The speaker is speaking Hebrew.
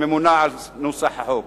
הממונה על נוסח החוק.